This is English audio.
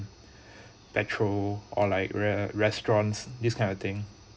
petrol or like re~ restaurants this kind of thing